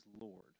Lord